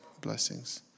blessings